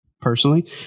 personally